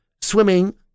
swimming